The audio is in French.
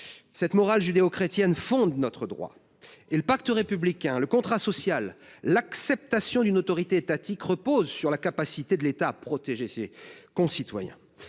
Cette morale judéo chrétienne fonde notre droit. Le pacte républicain, le contrat social et l’acceptation d’une autorité étatique reposent ainsi sur la capacité de l’État à protéger ses concitoyens.